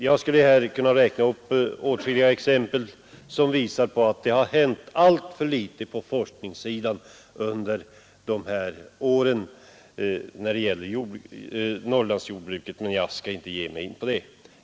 Jag skulle här kunna räkna upp åtskilliga exempel som visar att det har hänt alltför litet på forskningssidan under de här åren när det gäller Norrlandsjordbruket, men jag skall inte ge mig in på det.